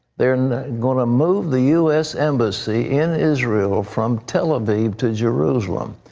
they're going to move the u s. embassy in israel from tel aviv to jerusalem.